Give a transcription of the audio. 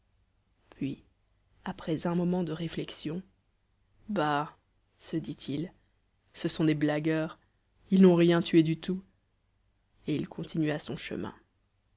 puis après un moment de réflexion bah se dit-il ce sont des blagueurs ils n'ont rien tué du tout et il continua son chemin